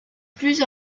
plus